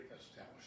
established